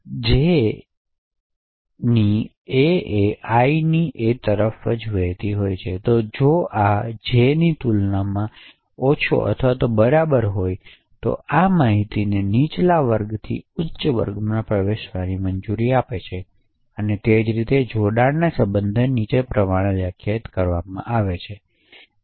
J ની A એ I ની A તરફ જ વહેતી હોય છે જો આ J ની તુલનામાં ઓછો અથવા બરાબર હોય તો આ માહિતીને નીચલા વર્ગથી ઉચ્ચ વર્ગમાં પ્રવેશવાની મંજૂરી આપશે તે જ રીતે જોડાણના સંબંધને નીચે પ્રમાણે વ્યાખ્યાયિત કરવામાં આવે છે એ